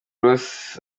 ross